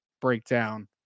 Breakdown